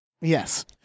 yes